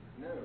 No